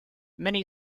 many